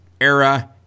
era –